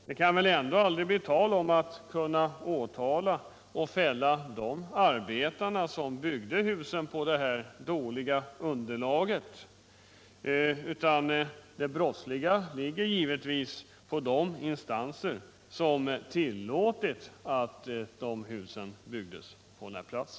Det kan väl ändå aldrig bli tal att åtala och fälla de arbetare som byggde husen på det dåliga underlaget, utan det brottsliga ligger givetvis på de instanser som tillåtit att husen byggdes på denna plats.